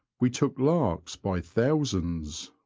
we took larks by thousands.